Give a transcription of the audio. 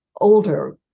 older